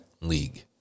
league